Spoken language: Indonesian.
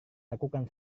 lakukan